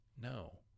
No